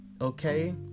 okay